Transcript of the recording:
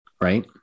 right